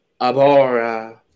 Abora